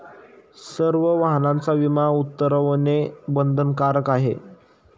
सर्व वाहनांचा विमा उतरवणे बंधनकारक आहे